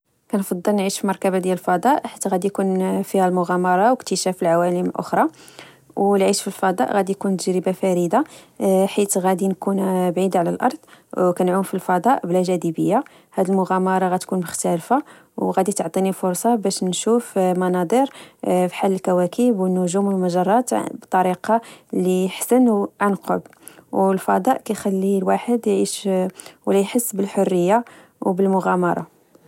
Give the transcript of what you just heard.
نفضل نعيش في مركبة ديال الفضاء، حيت غدي يكون فيها المغامرة واكتشاف العوالم الأخرى. والعيش في الفضاء غادي يكون تجربة فريدة، حيت غادي نكون بعيدة على الأرض، كنعوم في الفضاء بلا جاذبية. هاد المغامرة غادي تكون مختلفة، وغدي تعطيني فرصة باش نشوف مناظر بحال الكواكب، والنجوم، والمجرات، بطريقة لحسن وعن قرب. والفضاء كخلي الواحد يعيش ولا يحس بالحرية وبالمغامرة